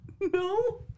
No